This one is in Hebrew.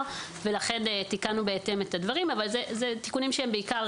ולכן תיקנו בהתאם את הדברים אבל אלה תיקונים שהם בעיקר